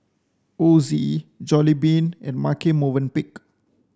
Ozi Jollibean and Marche Movenpick